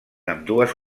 ambdues